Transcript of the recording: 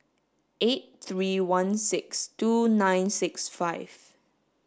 eight three one six two nine six five